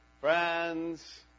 friends